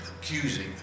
accusing